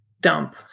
dump